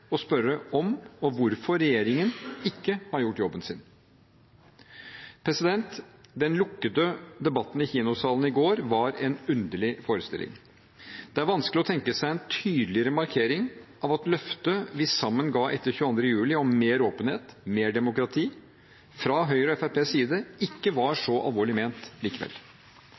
og spørre om og hvorfor regjeringen ikke har gjort jobben sin. Den lukkede debatten i kinosalen i går var en underlig forestilling. Det er vanskelig å tenke seg en tydeligere markering av at løftet vi sammen ga etter 22. juli om mer åpenhet, mer demokrati, fra Høyre og Fremskrittspartiets side ikke var så alvorlig ment likevel.